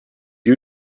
you